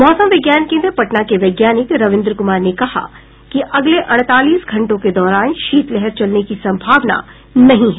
मौसम विज्ञान केन्द्र पटना के वैज्ञानिक रविन्द्र कुमार ने कहा कि अगले अड़तालीस घंटों के दौरान शीतलहर चलने की संभावना नहीं है